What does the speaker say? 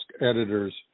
editors